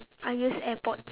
I use airpods